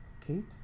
Kate